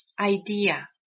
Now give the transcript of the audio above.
idea